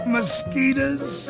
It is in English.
Mosquitoes